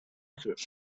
accurate